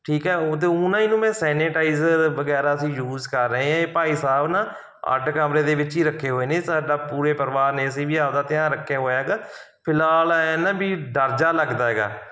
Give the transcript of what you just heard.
ਠੀਕ ਹੈ ਉਹ ਤੇ ਊਂ ਨਾ ਇਹਨੂੰ ਮੈਂ ਸੈਨੀਟਾਈਜ਼ਰ ਵਗੈਰਾ ਅਸੀਂ ਯੂਜ ਕਰ ਰਹੇ ਹੈ ਭਾਈ ਸਾਹਿਬ ਨਾ ਅੱਡ ਕਮਰੇ ਦੇ ਵਿੱਚ ਹੀ ਰੱਖੇ ਹੋਏ ਨੇ ਸਾਡਾ ਪੂਰੇ ਪਰਿਵਾਰ ਨੇ ਅਸੀਂ ਵੀ ਆਪਣਾ ਧਿਆਨ ਰੱਖਿਆ ਹੋਇਆ ਹੈਗਾ ਫਿਲਹਾਲ ਐਂ ਆ ਨਾ ਵੀ ਡਰ ਜਿਹਾ ਲੱਗਦਾ ਹੈਗਾ